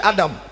Adam